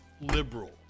liberal